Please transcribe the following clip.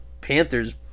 Panthers